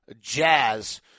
jazz